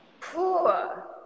Poor